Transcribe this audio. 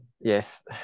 Yes